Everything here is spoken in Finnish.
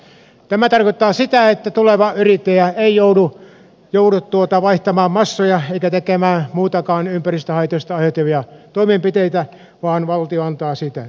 tämä tarkoittaa sitä että tuleva yrittäjä ei joudu vaihtamaan massoja eikä tekemään muitakaan ympäristöhaitoista aiheutuvia toimenpiteitä vaan valtio antaa siitä takuun